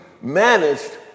managed